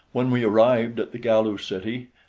when we arrived at the galu city,